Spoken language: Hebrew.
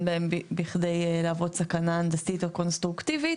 בהם בכדי להוות סכנה הנדסית או קונסטרוקטיבית.